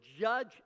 judge